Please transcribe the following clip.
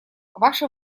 ваше